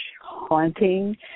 haunting